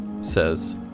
says